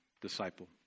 Disciple